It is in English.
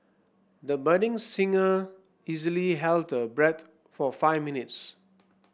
the budding singer easily held her breath for five minutes